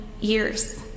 years